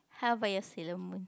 how about your Sailor Moon